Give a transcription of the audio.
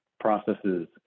processes